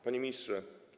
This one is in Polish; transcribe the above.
Panie Ministrze!